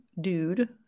dude